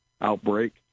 outbreak